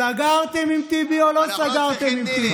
סגרתם עם טיבי או לא סגרתם עם טיבי?